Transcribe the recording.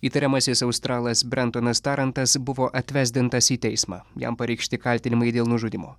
įtariamasis australas brentanas tarantas buvo atvesdintas į teismą jam pareikšti kaltinimai dėl nužudymo